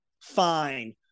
fine